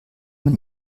man